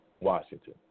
Washington